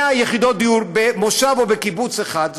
100 יחידות דיור במושב או בקיבוץ אחד.